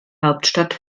hauptstadt